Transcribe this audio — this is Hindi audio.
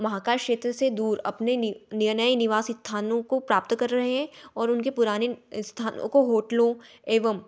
महाकाल क्षेत्र से दूर अपने नी नये निवासी स्थानों को प्राप्त कर रहे हैं और उनके पुराने स्थानों को होटलों एवम